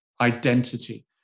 identity